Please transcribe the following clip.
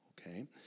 Okay